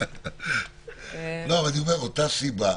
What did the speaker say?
אותה סיבה.